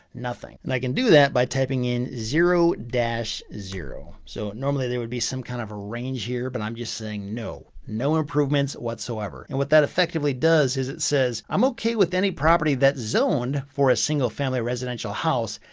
nothing. and i can do that by typing typing in zero zero so, normally there would be some kind of a range here, but i'm just saying no, no improvements whatsoever. and what that effectively does is it says i'm okay with any property that's zoned for a single-family residential house.